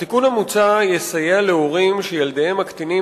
התיקון המוצע יסייע להורים שילדיהם הקטינים